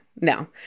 no